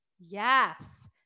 Yes